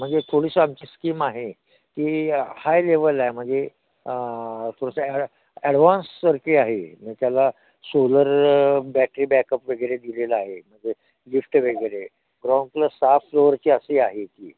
म्हणजे थोडीशी आमची स्कीम आहे की हाय लेवल आहे म्हणजे थोडंसं ॲड ॲडव्हान्स सारखी आहे ना त्याला सोलर बॅटरी बॅकअप वगैरे दिलेलं आहे म्हणजे लिफ्ट वगैरे ग्राऊंड प्लस सहा फ्लोअरची अशी आहे ती